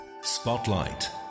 Spotlight